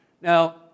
Now